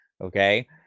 okay